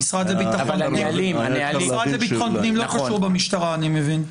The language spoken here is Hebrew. המשרד לביטחון פנים לא קשור במשטרה, אני מבין.